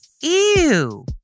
Ew